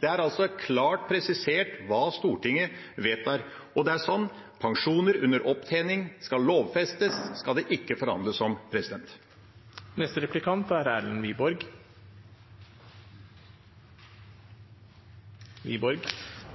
Det er altså klart presisert hva Stortinget vedtar. Og det er sånn at pensjoner under opptjening skal lovfestes, det skal det ikke forhandles om.